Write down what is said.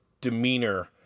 demeanor